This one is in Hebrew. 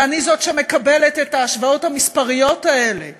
ואני זאת שמקבלת את ההשוואות המספריות האלה